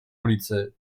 ulicy